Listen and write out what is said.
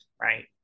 right